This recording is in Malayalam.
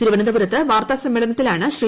തിരുവനന്തപുരത്ത് വാർത്താസമ്മേളനത്തിലാണ് ശ്രീ